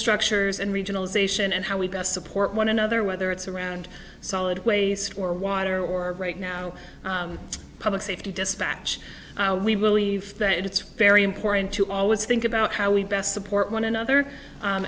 structures and regionalization and how we best support one another whether it's around solid waste or water or right now public safety dispatch we believe that it's very important to always think about how we best support one another